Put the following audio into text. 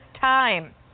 time